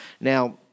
Now